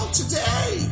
today